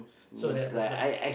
so that was like